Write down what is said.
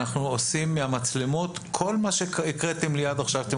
אנחנו עושים מהמצלמות כל מה שהקראתם לי עד עכשיו שאתם